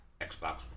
Xbox